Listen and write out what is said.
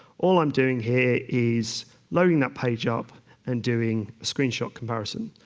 all i'm doing here is loading that page up and doing screenshot comparison.